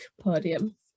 podium